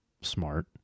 smart